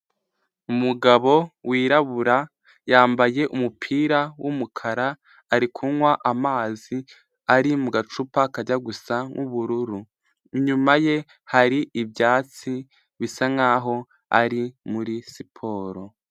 Umugabo wirabura yambaye umupira w'umukara ari kunywa amazi ari mu gacupa kajya gusa nk'ubururu, inyuma ye hari ibyatsi bisa nk'aho ari muri siporo.